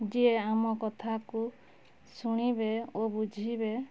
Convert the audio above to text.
ଯିଏ ଆମ କଥାକୁ ଶୁଣିବେ ଓ ବୁଝିବେ